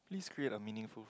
please create a meaningful